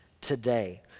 today